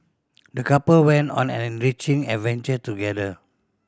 the couple went on an enriching adventure together